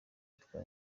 twa